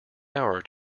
hour